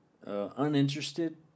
uninterested